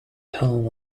home